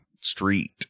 street